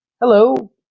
Hello